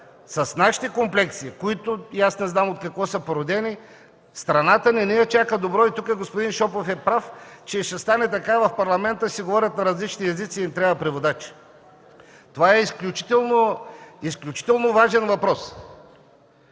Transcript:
с нашите комплекси, които и аз не знам от какво са породени, страната не я очаква добро. Тук господин Шопов е прав, че ще стане така в Парламента ще си говорят на различни езици и ще им трябва преводач. Това е изключително важен въпрос.